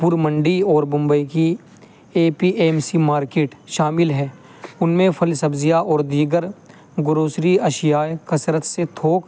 پور منڈی اور بمبئی کی A P A M C market شامل ہے ان میں پھل سبزیاں اور دیگر گروسری اشیاء کثرت سے تھوک